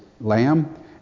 Lamb